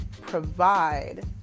provide